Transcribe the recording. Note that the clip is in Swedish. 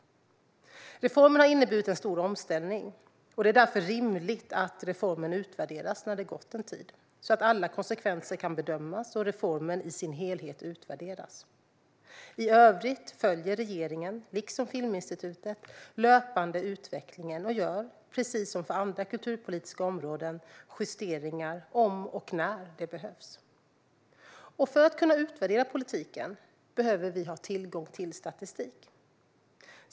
Reformen har inneburit en stor omställning, och det är därför rimligt att reformen utvärderas när det har gått en tid så att alla konsekvenser kan bedömas och reformen i sin helhet utvärderas. I övrigt följer regeringen, liksom Filminstitutet, löpande utvecklingen och gör, precis som för andra kulturpolitiska områden, justeringar om och när det behövs. För att kunna utvärdera politiken behöver vi ha tillgång till statistik.